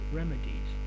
remedies